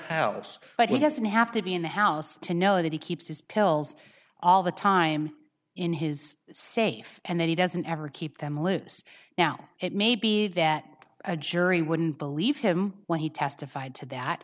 house but we doesn't have to be in the house to know that he keeps his pills all the time in his safe and then he doesn't ever keep them lips now it may be that a jury wouldn't believe him when he testified to that